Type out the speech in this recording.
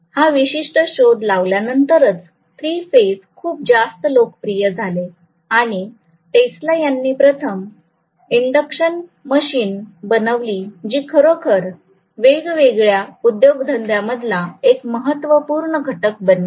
हा विशिष्ट शोध लागल्यानंतरच थ्री फेज खूप जास्त लोकप्रिय झाले आणि टेस्ला यांनी प्रथम इंडक्शन मशीन बनवली जी खरोखरच वेगवेगळ्या उद्योगधंद्यांमधला एक महत्वपूर्ण घटक बनली